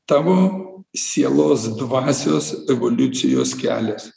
tavo sielos dvasios evoliucijos kelias